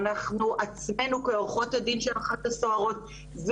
אנחנו עצמינו כעורכות הדין של הסוהרות הללו